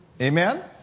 Amen